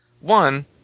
One